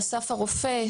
באסף הרופא,